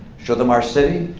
show them our city,